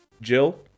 Jill